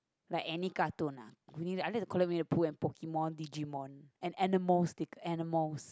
like any cartoon ah really I only collect Winnie the pooh and pokemon Digimon and animal sti~ animals